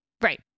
right